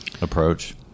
approach